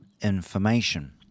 information